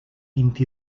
vint